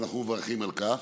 ואנחנו מברכים על כך,